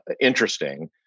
interesting